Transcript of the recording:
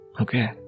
okay